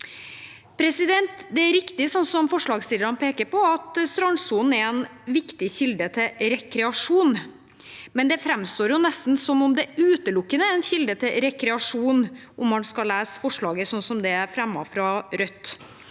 press. Det er riktig, som forslagsstillerne peker på, at strandsonen er en viktig kilde til rekreasjon. Men det framstår nesten som om det utelukkende er en kilde til rekreasjon når man leser forslaget sånn det er fremmet fra Rødt.